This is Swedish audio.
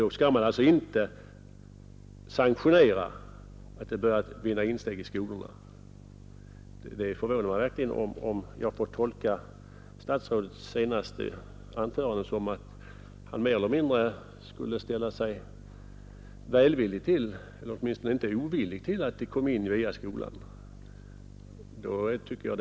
Då skall man inte sanktionera att den börjar vinna insteg i skolorna. Det förvånar mig verkligen om jag får tolka statsrådets senaste anförande så att han mer eller mindre skulle ställa sig välvillig till eller åtminstone inte motvillig till att boxningen kommer in i den nya skolan.